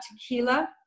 tequila